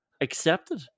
Accepted